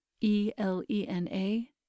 E-L-E-N-A